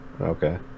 Okay